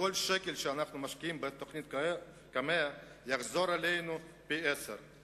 שכל שקל שאנחנו משקיעים בתוכנית קמ"ע יחזור אלינו פי-עשרה.